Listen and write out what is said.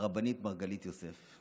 הרבנית מרגלית יוסף,